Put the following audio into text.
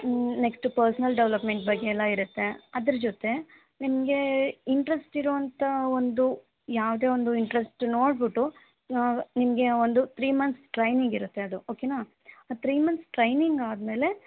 next personal development ಬಗ್ಗೆ ಎಲ್ಲ ಇರುತ್ತೆ ಅದ್ರ ಜೊತೆ ನಿಮಗೆ ಇಂಟ್ರೆಸ್ಟ್ ಇರೊವಂಥ ಒಂದು ಯಾವುದೇ ಒಂದು ಇಂಟ್ರೆಸ್ಟ್ ನೋಡ್ಬಿಟ್ಟು ಊಂ ನಿಮಗೆ ಒಂದು ತ್ರೀ ಮಂತ್ಸ್ ಟ್ರೈನಿಂಗ್ ಇರುತ್ತೆ ಅದು ಓಕೆನಾ ಆ ತ್ರೀ ಮಂತ್ಸ್ ಟ್ರೈನಿಂಗ್ ಆದಮೇಲೆ